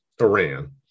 iran